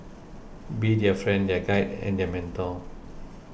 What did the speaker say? be their friend their guide and their mentor